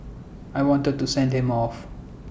I wanted to send him off